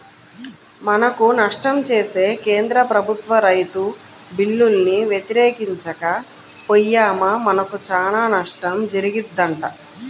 మనకు నష్టం చేసే కేంద్ర ప్రభుత్వ రైతు బిల్లుల్ని వ్యతిరేకించక పొయ్యామా మనకు చానా నష్టం జరిగిద్దంట